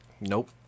Nope